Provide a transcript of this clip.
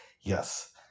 Yes